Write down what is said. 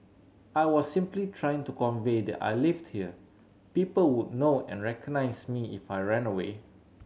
I was simply trying to convey that I lived here people would know and recognise me if I ran away